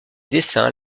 dessins